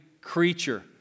creature